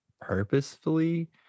purposefully